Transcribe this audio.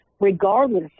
regardless